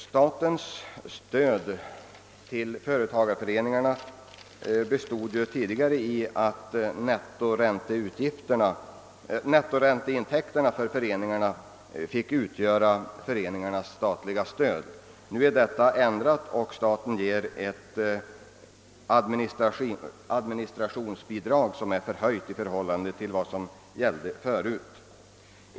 Statens stöd till företagareföreningarna bestod tidigare i att nettoränteintäkterna från föreningarnas utlåning i stor utsträckning fick utgöra föreningarnas statliga stöd. Staten ger nu i stället ett administrationsbidrag som är förhöjt i förhållande till vad som gällde tidigare för att ersätta ränteinkomsterna.